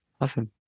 Awesome